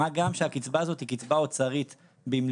מה גם שהקצבה הזאת היא קצבה אוצרית במלאותה.